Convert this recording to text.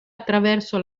attraverso